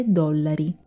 dollari